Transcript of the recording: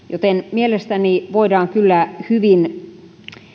mielestäni voidaan kyllä hyvin